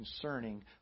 concerning